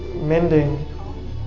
mending